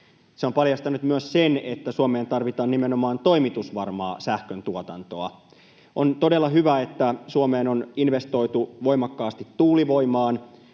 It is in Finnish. Se on paljastanut myös sen, että Suomeen tarvitaan nimenomaan toimitusvarmaa sähköntuotantoa. On todella hyvä, että Suomessa on investoitu voimakkaasti tuulivoimaan.